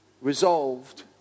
resolved